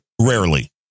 Rarely